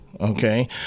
okay